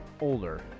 Older